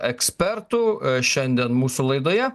ekspertų šiandien mūsų laidoje